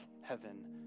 heaven